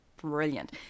brilliant